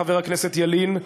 חבר הכנסת ילין,